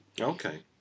Okay